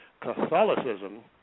Catholicism